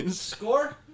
Score